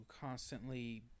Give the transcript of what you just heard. constantly